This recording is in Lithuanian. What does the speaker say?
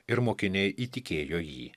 ir mokiniai įtikėjo jį